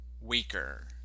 Weaker